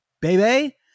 baby